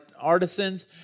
artisans